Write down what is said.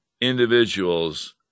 individuals